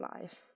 life